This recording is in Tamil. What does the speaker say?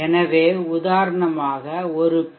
எனவே உதாரணமாக ஒரு பி